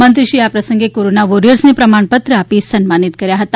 મંત્રીશ્રીએ આ પ્રસંગે કોરોના વોરિયર્સને પ્રમાણપત્ર આપી સન્માનિત કર્યા હતા